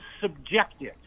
subjective